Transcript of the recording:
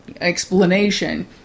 explanation